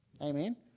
Amen